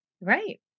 Right